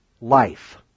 life